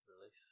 Release